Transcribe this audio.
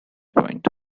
point